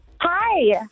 Hi